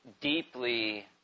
deeply